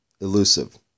elusive